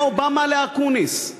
מאובמה לאקוניס.